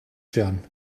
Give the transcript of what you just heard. druan